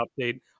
update